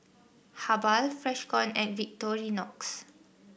Habhal Freshkon and Victorinox